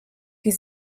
die